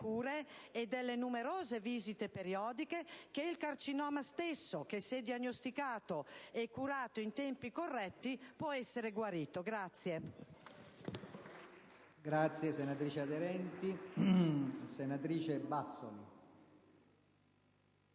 cure e delle numerose visite periodiche, che il carcinoma stesso che, se diagnosticato e curato in tempi corretti, può essere guarito.